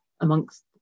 amongst